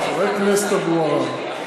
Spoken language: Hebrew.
חבר הכנסת אבו עראר,